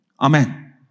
Amen